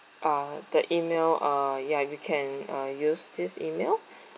uh the email uh ya you can uh use this email